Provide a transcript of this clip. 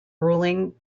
ruling